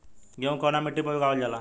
गेहूं कवना मिट्टी पर उगावल जाला?